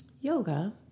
yoga